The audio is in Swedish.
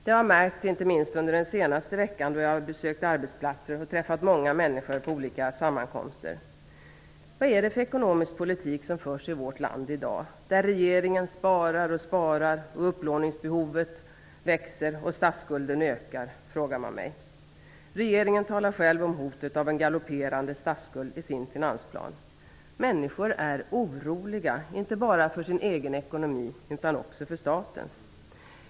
Det har jag märkt inte minst under den senaste veckan, då jag besökt arbetsplatser och träffat många människor på olika sammankomster. Vad är det för ekonomisk politik som förs i vårt land i dag där regeringen ''sparar'', upplåningsbehovet ökar och statsskulden växer? frågar man mig. Regeringen talar själv om hotet av en galopperande statsskuld i sin finansplan. Människor är oroliga inte bara för sin egen ekonomi utan också för statens.